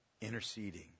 interceding